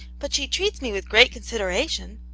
but she treats me with great consider ation.